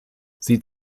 sie